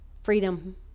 Freedom